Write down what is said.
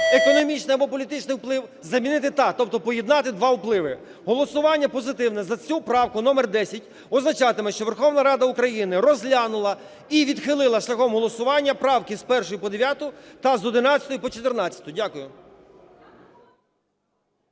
"економічний або політичний вплив" – замінити "та", тобто поєднати два впливи. Голосування позитивне за цю правку номер 10 означатиме, що Верховна Рада України розглянула і відхилила шляхом голосування правки з 1-ї по 9-у та з 11-ї по 14-у. Дякую.